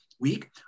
Week